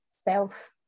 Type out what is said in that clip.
self